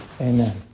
Amen